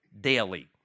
daily